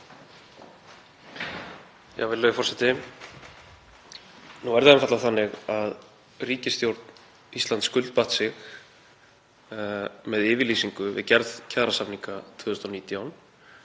Virðulegur forseti. Nú er það einfaldlega þannig að ríkisstjórn Íslands skuldbatt sig, með yfirlýsingu við gerð kjarasamninga 2019,